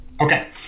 Okay